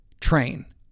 train